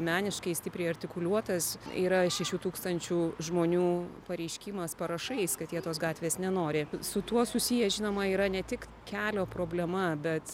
meniškai stipriai artikuliuotas yra šešių tūkstančių žmonių pareiškimas parašais kad jie tos gatvės nenori su tuo susiję žinoma yra ne tik kelio problema bet